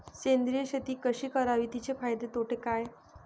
सेंद्रिय शेती कशी करावी? तिचे फायदे तोटे काय?